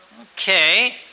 Okay